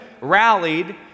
rallied